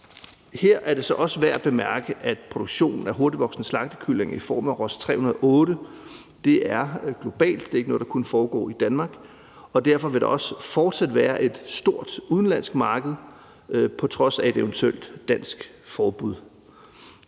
Her er det så også værd at bemærke, at produktionen af hurtigtvoksende slagtekyllinger i form af Ross 308 er global; det er ikke noget, der kun foregår i Danmark. Derfor vil der også fortsat være et stort udenlandsk marked på trods af et eventuelt dansk forbud.